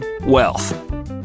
wealth